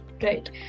right